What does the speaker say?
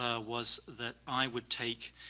ah was that i would take